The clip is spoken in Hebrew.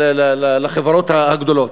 ולחברות הגדולות,